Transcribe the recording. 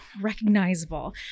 recognizable